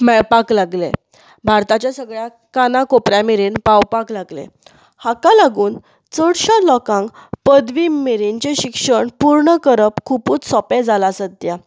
मेळपाक लागलें भारताच्या सगळ्या काना कोपऱ्या मेरेन पावपाक लागलें हाका लागून चडश्या लोकांक पदवी मेरेनचें शिक्षण पूर्ण करप खुबूच सोपें जालां सद्या